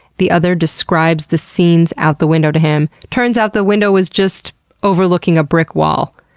the other describes the scenes out the window to him, turns out, the window was just overlooking a brick wall,